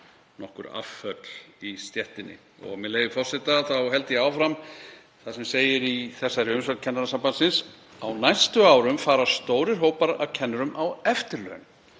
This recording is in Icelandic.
nokkur afföll í stéttinni. Með leyfi forseta, held ég áfram þar sem segir í þessari umsögn Kennarasambandsins: „Á næstu árum fara stórir hópar af kennurum á eftirlaun